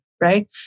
right